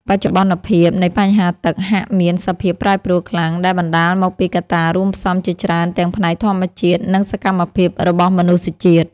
បច្ចុប្បន្នភាពនៃបញ្ហាទឹក ហាក់មានសភាពប្រែប្រួលខ្លាំងដែលបណ្តាលមកពីកត្តារួមផ្សំជាច្រើនទាំងផ្នែកធម្មជាតិ និង សកម្មភាពរបស់មនុស្សជាតិ។